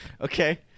Okay